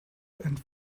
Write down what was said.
and